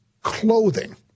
clothing